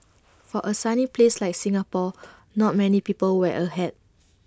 for A sunny place like Singapore not many people wear A hat